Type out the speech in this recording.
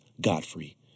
Godfrey